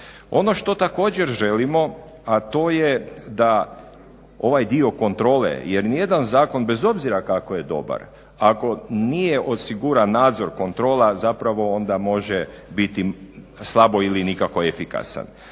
Ono što također želimo, a to je da ovaj dio kontrole jer nijedan zakon bez obzira kako je dobar ako nije osiguran nadzor, kontrola zapravo onda može biti slabo ili nikako efikasan.